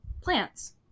plants